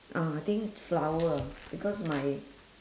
uh I think flower because my